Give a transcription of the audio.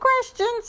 questions